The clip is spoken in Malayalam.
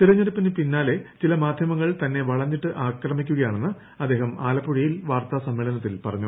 തെരഞ്ഞെടുപ്പിന് ചില്ലാ ഗ്രാമ്പ്യമങ്ങൾ പിന്നാലെ തന്നെ വളഞ്ഞിട്ട് ആക്രമിക്കുകയാണെന്നും അദ്ദേഹം ആലപ്പുഴയിൽ വാർത്താ സമ്മേളനത്തിൽ പറഞ്ഞു